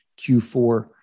Q4